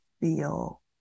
feel